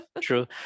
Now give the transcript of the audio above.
true